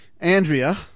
Andrea